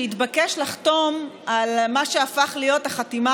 שהתבקש לחתום על מה שהפך להיות החתימה